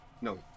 no